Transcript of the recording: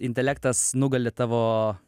intelektas nugali tavo